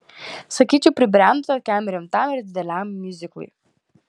sakyčiau pribrendo tokiam rimtam ir dideliam miuziklui